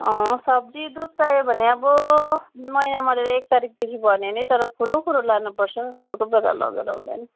सब्जी दुध चाहियो भने अब महिना मरेर एक तारिखदेखि भन्यो भने तर खुरू खुरू लानुपर्छ कोही कोही बेला लगेर हुँदैन